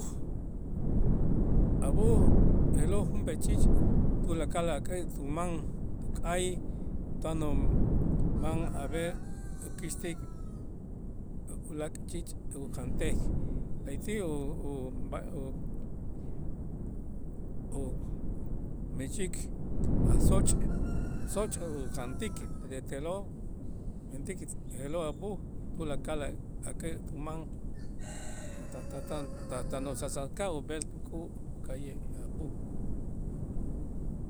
A' b'uj je'lo' junp'ee ch'iich' tulakal ak'ä' tuman tuk'ay tan uman ave akäxtik ulaak' ch'iich' ujantej, la'ayti' u- ub'a umächik a soch, soch ujantik pero te'lo' mentik je'lo' a' b'uj tulakal ak'ä' tuman tan usasaka' ub'el tuk'u' tuka'ye' a' b'uj.